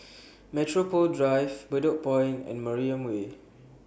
Metropole Drive Bedok Point and Mariam Way